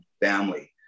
family